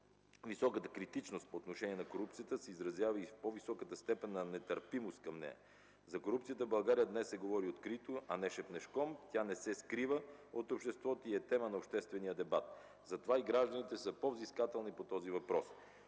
Високата критичност по отношение на корупцията се изразява и с по-високата степен на нетърпимост към нея. За корупцията в България днес се говори открито, а не шепнешком. Тя не се скрива от обществото и е тема на обществения дебат, затова и гражданите са по-взискателни по този въпрос.